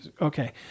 Okay